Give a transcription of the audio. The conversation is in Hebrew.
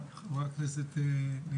מרכזית.